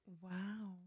Wow